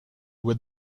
would